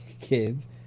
kids